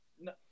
No